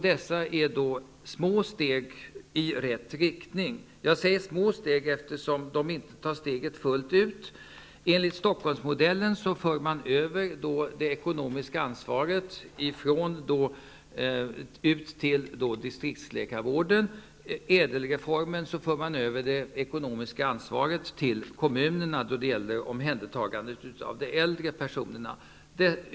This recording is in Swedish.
Detta är små steg i rätt riktning. Jag säger små steg eftersom man inte tar steget fullt ut. Enligt Stockholmsmodellen för man över det ekonomiska ansvaret till distriktsläkarvården. I Ädel-reformen för man över det ekonomiska ansvaret till kommunerna när det gäller omhändertagandet av äldre personer.